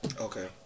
Okay